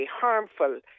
harmful